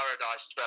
paradise